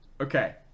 okay